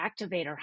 activator